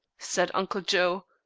said uncle joe.